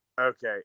okay